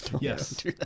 Yes